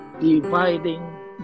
dividing